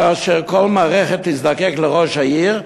כאשר כל מערכת תזדקק לראש העיר,